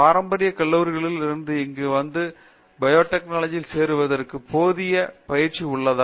பாரம்பரியக் கல்லூரிகளில் இருந்து இங்கு வந்து பயோடெக்னாலஜி யில் சேர்வதுற்கு போதிய பயிற்சி உள்ளதா